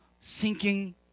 sinking